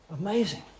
Amazing